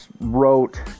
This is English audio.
wrote